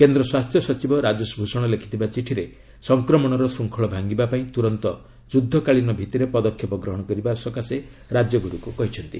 କେନ୍ଦ୍ର ସ୍ୱାସ୍ଥ୍ୟ ସଚିବ ରାଜେଶ ଭୂଷଣ ଲେଖିଥିବା ଚିଠିରେ ସଂକ୍ରମଣର ଶୃଙ୍ଖଳ ଭାଙ୍ଗିବା ପାଇଁ ତୁରନ୍ତ ଯୁଦ୍ଧକାଳୀନ ଭିଭିରେ ପଦକ୍ଷେପ ଗ୍ରହଣ କରିବାକୁ ରାଜ୍ୟଗୁଡ଼ିକୁ କହିଛନ୍ତି